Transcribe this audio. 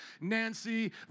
Nancy